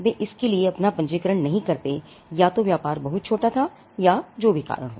वे इसके लिए अपना पंजीकरण नहीं करते हैंया तो व्यापार बहुत छोटा था या जो भी कारण हो